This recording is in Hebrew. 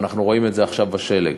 ואנחנו רואים את זה עכשיו בשלג.